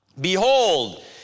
Behold